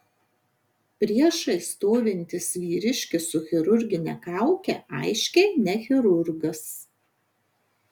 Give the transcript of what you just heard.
priešais stovintis vyriškis su chirurgine kauke aiškiai ne chirurgas